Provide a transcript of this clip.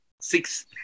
six